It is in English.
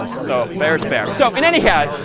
so fair's fair. so in anyhow,